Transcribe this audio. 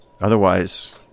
Otherwise